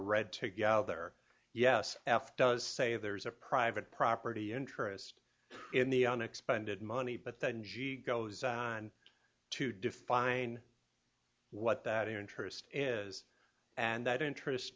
read together yes f does say there's a private property interest in the unexpended money but then g goes on to define what that interest is and that interest